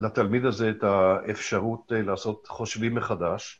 ‫לתלמיד הזה את האפשרות ‫לעשות חושבים מחדש.